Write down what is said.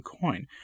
coin—